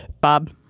Bob